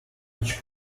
each